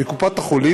מקופת-החולים,